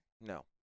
No